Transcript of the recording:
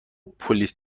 پلیس